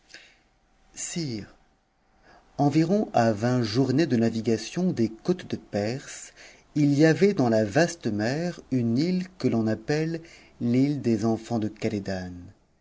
sire environ à vingt journées de navigation des côtes de perse il y avait dans la vaste mer une le que l'on appelle l le des enfants de